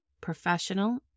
professional